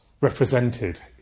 represented